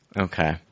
Okay